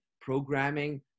programming